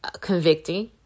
convicting